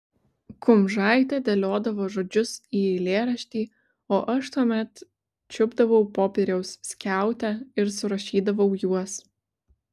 kumžaitė dėliodavo žodžius į eilėraštį o aš tuomet čiupdavau popieriaus skiautę ir surašydavau juos